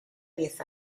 diez